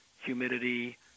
humidity